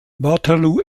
waterloo